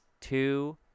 two